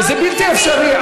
כשאני הבאתי אישה משם לבן שלי,